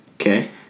Okay